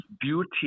beauty